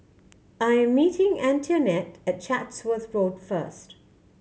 I'm meeting Antionette at Chatsworth Road first